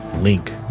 link